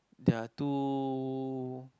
they're too